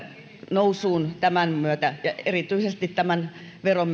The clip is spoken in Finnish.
nousuun tämän myötä ja erityisesti tämän veron